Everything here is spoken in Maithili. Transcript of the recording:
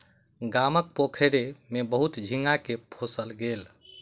गामक पोखैर में बहुत झींगा के पोसल गेल